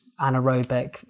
anaerobic